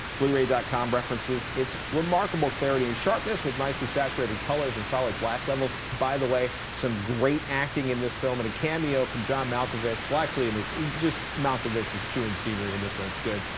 bluray dot com references its remarkable clarity and sharpness with nicely saturated colors and solid black levels. by the way, some great acting in this film and a cameo from john malkovich, well actually and just malkovich is chewing scenery in this one. it's good.